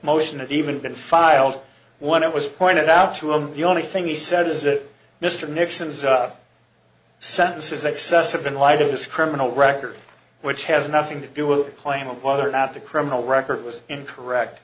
motion even been filed one it was pointed out to him the only thing he said is that mr nixon's sentence is excessive in light of his criminal record which has nothing to do with the claim of whether or not a criminal record was in correct